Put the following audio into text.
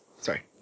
Sorry